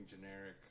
generic